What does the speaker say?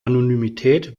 anonymität